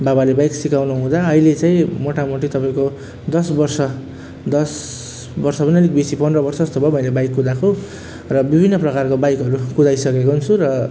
बाबाले बाइक सिकाउनु हुँदा अहिले चाहिँ मोटामोटी तपाईँको दस वर्ष दस वर्ष पनि अलिक बेसी पन्ध्र वर्ष जस्तो भयो मैले बाइक कुदाएको र विभिन्न प्रकारको बाइकहरू कुदाइसकेको छु र